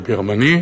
הוא גרמני.